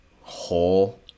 whole